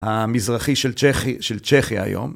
המזרחי של צ'כי היום.